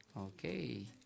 Okay